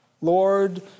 Lord